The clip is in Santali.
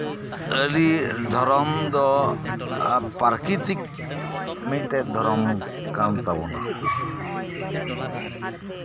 ᱥᱟᱹᱨᱤ ᱫᱷᱚᱨᱚᱢ ᱫᱚ ᱯᱨᱟᱠᱤᱨᱛᱤᱠ ᱢᱤᱫᱴᱮᱡ ᱫᱷᱚᱨᱚᱢ ᱠᱟᱱ ᱛᱟᱵᱳᱱᱟ